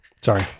Sorry